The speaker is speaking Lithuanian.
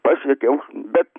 paslėpiau bet